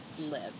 live